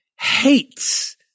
hates